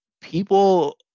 people